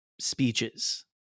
speeches